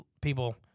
people